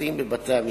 העומסים בבתי-המשפט.